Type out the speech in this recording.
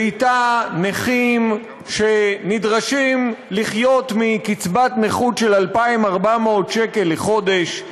ואתה נכים שנדרשים לחיות מקצבת נכות של 2,400 שקל לחודש.